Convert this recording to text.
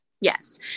Yes